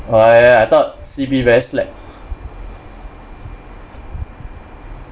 oh ya ya I thought C_B very slack